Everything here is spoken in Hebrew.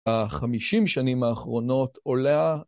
החמישים שנים האחרונות עולה...